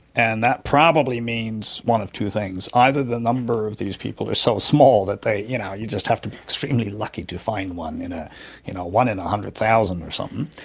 and that probably means one of two things. either the number of these people are so small that you know you just have to be extremely lucky to find one in ah you know one and hundred thousand or something,